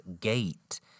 gate